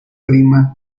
prima